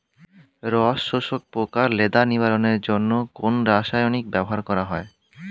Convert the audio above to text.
রস শোষক পোকা লেদা নিবারণের জন্য কোন রাসায়নিক ব্যবহার করা হয়?